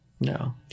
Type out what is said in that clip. No